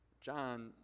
John